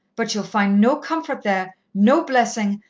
but ye'll find no comfort there, no blessing,